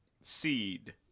Seed